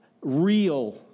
real